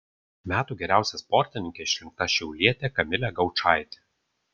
metų geriausia sportininke išrinkta šiaulietė kamilė gaučaitė